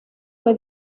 fue